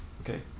Okay